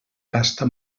gasta